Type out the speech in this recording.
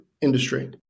industry